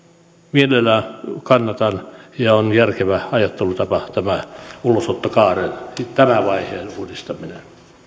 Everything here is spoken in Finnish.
mielelläni kannatan tätä ja on järkevä ajattelutapa tämä ulosottokaaren tämän vaiheen uudistaminen